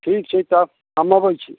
ठीक छै तऽ हम अबै छी